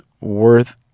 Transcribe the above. worth